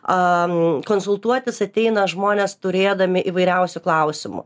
am konsultuotis ateina žmonės turėdami įvairiausių klausimų